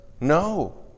No